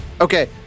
Okay